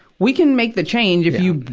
we can make the change if you,